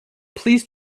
please